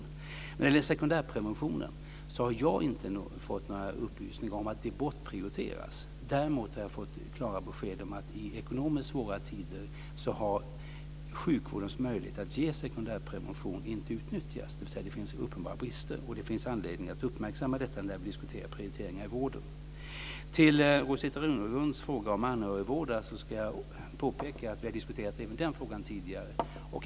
När det gäller sekundärpreventionen har jag inte fått någon upplysning om att den bortprioriteras. Däremot har jag fått klara besked om att i ekonomiskt svåra tider har sjukvårdens möjligheter att ge sekundärprevention inte utnyttjats, dvs. att det finns uppenbara brister. Det finns anledning att uppmärksamma detta när vi diskuterar prioriteringar i vården. Till Rosita Runegrunds fråga om anhörigvårdare ska jag påpeka att vi har diskuterat även den frågan tidigare.